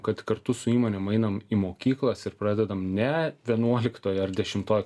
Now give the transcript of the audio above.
kad kartu su įmonėm einam į mokyklas ir pradedam ne vienuoliktoj ar dešimtoj